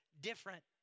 different